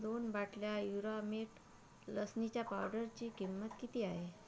दोन बाटल्या युरामेट लसणीच्या पावडरीची किंमत किती आहे